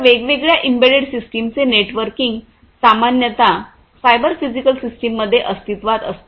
तर वेगवेगळ्या एम्बेडेड सिस्टमचे नेटवर्किंग सामान्यत सायबर फिजिकल सिस्टममध्ये अस्तित्वात असते